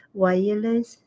wireless